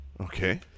Okay